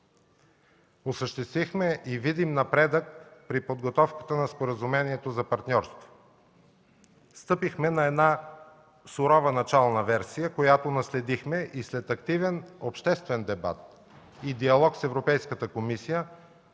Осъществихме и видим напредък при подготовката на споразумението за партньорство. Стъпихме на една сурова начална версия, която наследихме и след активен обществен дебат и диалог с Европейската комисия